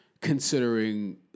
considering